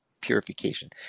purification